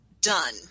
done